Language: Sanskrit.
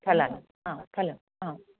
स्थलं ह स्थलम् आ